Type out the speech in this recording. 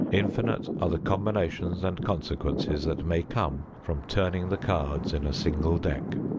infinite are the combinations and consequences that may come from turning the cards in a single deck.